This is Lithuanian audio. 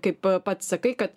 kaip pats sakai kad